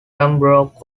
pembroke